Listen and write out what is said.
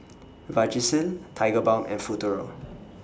Vagisil Tigerbalm and Futuro